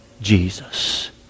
Jesus